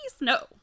no